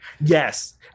yes